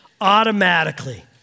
automatically